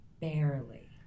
Barely